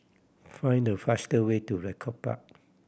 find the faster way to Draycott Park